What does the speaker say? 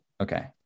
Okay